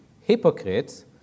hypocrites